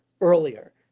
earlier